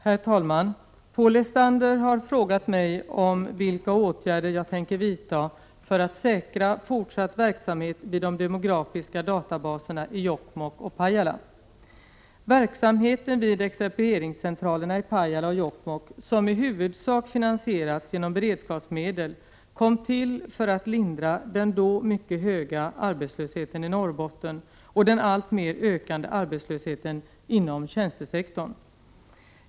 Herr talman! Paul Lestander har frågat mig om vilka åtgärder jag tänker vidta för att säkra fortsatt verksamhet vid de demografiska databaserna i Jokkmokk och Pajala. Verksamheten vid excerperingscentralerna i Pajala och Jokkmokk, som i huvudsak finansierats genom beredskapsmedel, kom till för att lindra den då mycket höga arbetslösheten i Norrbotten och den alltmer ökande arbetslösheten inom tjänstesektorn.